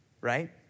right